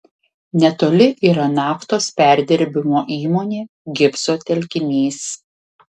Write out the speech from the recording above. netoli yra naftos perdirbimo įmonė gipso telkinys